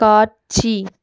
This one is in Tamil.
காட்சி